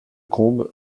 combes